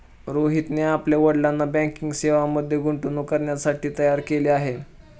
रोहितने आपल्या वडिलांना बँकिंग सेवांमध्ये गुंतवणूक करण्यासाठी तयार केले आहे